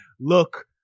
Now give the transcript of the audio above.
look